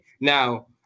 Now